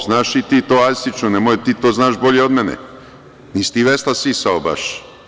Znaš i ti to Arsiću, nemoj, ti to znaš bolje od mene, nisi ti vesla sisao baš.